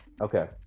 Okay